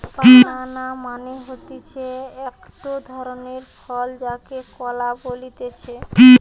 বানানা মানে হতিছে একটো ধরণের ফল যাকে কলা বলতিছে